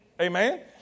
Amen